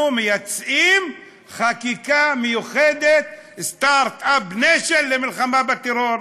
אנחנו מייצאים חקיקה מיוחדת "סטרט-אפ ניישן" למלחמה בטרור.